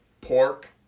Pork